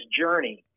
journey